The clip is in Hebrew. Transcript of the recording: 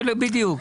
בדיוק.